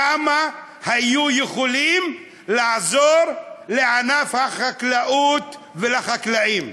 כמה היו יכולים לעזור לענף החקלאות ולחקלאים.